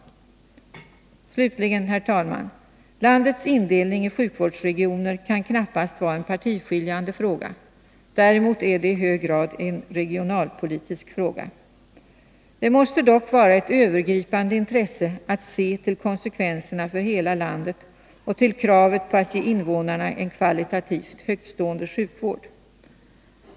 Slutligen, herr talman: Landets indelning i sjukvårdsregioner kan knappast vara en partiskiljande fråga. Däremot är det i hög grad en regionalpolitisk fråga. Det måste dock vara ett övergripande intresse att se till konsekvenserna för hela landet och till kravet på att ge invånarna en kvalitativt högtstående sjukvård.